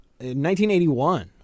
1981